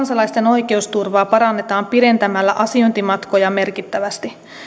kansalaisten oikeusturvaa parannetaan pidentämällä asiointimatkoja merkittävästi